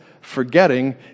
forgetting